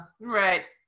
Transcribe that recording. right